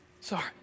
Sorry